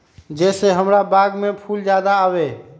जे से हमार बाग में फुल ज्यादा आवे?